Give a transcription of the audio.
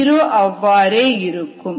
zero அவ்வாறே இருக்கும்